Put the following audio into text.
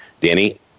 Danny